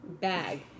bag